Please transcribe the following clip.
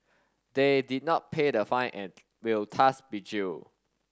they did not pay the fine and will thus be jail